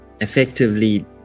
effectively